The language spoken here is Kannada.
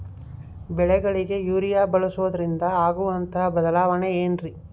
ಬೆಳೆಗಳಿಗೆ ಯೂರಿಯಾ ಬಳಸುವುದರಿಂದ ಆಗುವಂತಹ ಬದಲಾವಣೆ ಏನ್ರಿ?